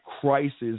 crisis